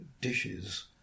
dishes